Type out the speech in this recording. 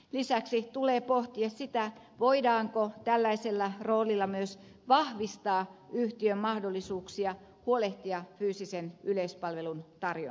lisäksi tulee pohtia sitä voidaanko tällaisella roolilla myös vahvistaa yhtiön mahdollisuuksia huolehtia fyysisen yleispalvelun tarjonnasta